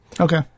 Okay